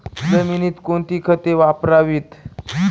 जमिनीत कोणती खते वापरावीत?